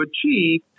achieve